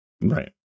right